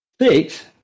Six